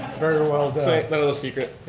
very well done. my little secret.